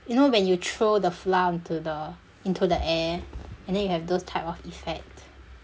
you know when you throw the flour into the into the air and then you have those type of effect